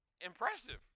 Impressive